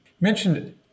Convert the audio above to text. mentioned